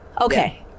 Okay